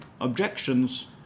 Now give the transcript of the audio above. objections